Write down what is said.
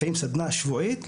לפעמים סדנא שבועית,